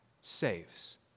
saves